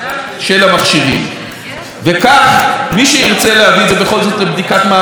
מי שירצה להביא את זה בכל זאת לבדיקת מעבדה של יעילות אנרגטית בארץ,